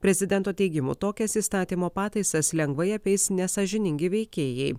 prezidento teigimu tokias įstatymo pataisas lengvai apeis nesąžiningi veikėjai